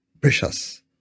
precious